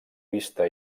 vista